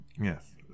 yes